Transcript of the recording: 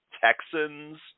Texans